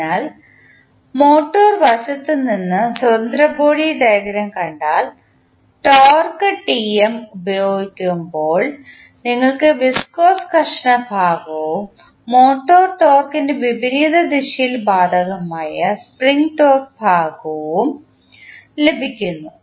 അതിനാൽ മോട്ടോർ വശത്ത് നിന്ന് സ്വതന്ത്ര ബോഡി ഡയഗ്രം കണ്ടാൽ ടോർക്ക് പ്രയോഗിക്കുമ്പോൾ നിങ്ങൾക്ക് വിസ്കോസ് ഘർഷണ ഭാഗവും മോട്ടോർ ടോർക്കിൻറെ വിപരീത ദിശയിൽ ബാധകമായ സ്പ്രിംഗ് ടോർക്ക് ഭാഗവും ലഭിക്കും